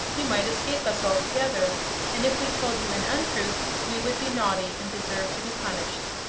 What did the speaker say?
you might escape us altogether and if we told you an untruth we would be naughty and deserve to be punished.